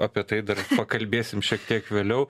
apie tai dar pakalbėsim šiek tiek vėliau